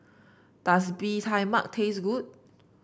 does Bee Tai Mak taste good